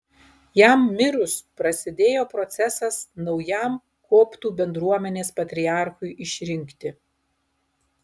jam mirus prasidėjo procesas naujam koptų bendruomenės patriarchui išrinkti